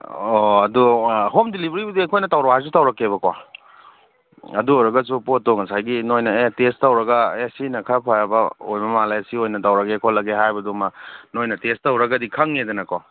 ꯑꯣ ꯑꯗꯨ ꯍꯣꯝ ꯗꯦꯂꯤꯕꯔꯤꯕꯨꯗꯤ ꯑꯩꯈꯣꯏꯅ ꯇꯧꯔꯛꯑꯣ ꯍꯥꯏꯔꯁꯨ ꯇꯧꯔꯛꯀꯦꯕꯀꯣ ꯑꯗꯨ ꯑꯣꯏꯔꯒꯁꯨ ꯄꯣꯠꯇꯣ ꯉꯁꯥꯏꯒꯤ ꯅꯣꯏꯅ ꯑꯦ ꯇꯦꯁ ꯇꯧꯔꯒ ꯑꯦ ꯁꯤꯅ ꯈꯔ ꯐꯔꯕ ꯑꯣꯏꯕ ꯃꯥꯜꯂꯦ ꯁꯤ ꯑꯣꯏꯅ ꯇꯧꯔꯒꯦ ꯈꯣꯠꯂꯒꯦ ꯍꯥꯏꯕꯗꯨꯃ ꯅꯣꯏꯅ ꯇꯦꯁ ꯇꯧꯔꯒꯗꯤ ꯈꯪꯉꯦꯗꯅꯀꯣ